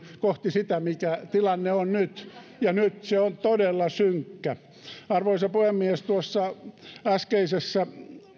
kohti sitä mikä tilanne on nyt ja nyt se on todella synkkä arvoisa puhemies tuossa äskeisessä